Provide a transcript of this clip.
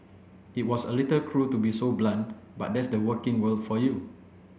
it was a little cruel to be so blunt but that's the working world for you